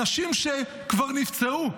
אנשים שכבר נפצעו,